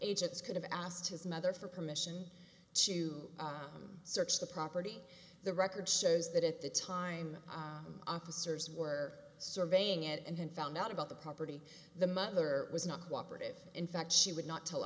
agents could have asked his mother for permission to search the property the record shows that at the time officers were surveying it and had found out about the property the mother was not cooperative in fact she would not tell